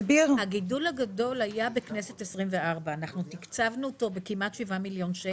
הגידול הגדול היה בכנסת 24. אנחנו תקצבנו אותו בכ-7 מיליון שקל